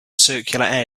circular